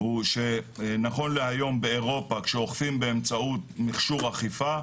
הוא שנכון להיום כשאוכפים באירופה באמצעות מכשור אכיפה,